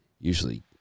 usually